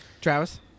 Travis